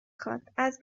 خواد، از